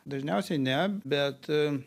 dažniausiai ne bet